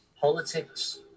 politics